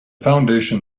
foundation